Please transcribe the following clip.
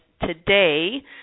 today